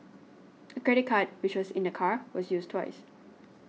a credit card which was in the car was used twice